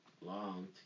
long